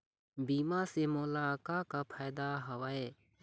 बीमा से मोला का का फायदा हवए?